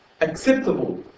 acceptable